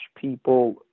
people